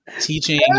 teaching